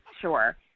sure